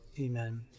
amen